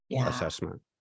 assessment